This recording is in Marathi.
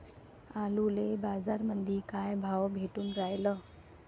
आलूले बाजारामंदी काय भाव भेटून रायला?